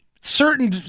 certain